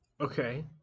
Okay